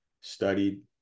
studied